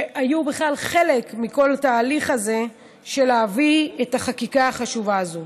שהיו בכלל חלק מכל התהליך הזה של להביא את החקיקה החשובה הזאת.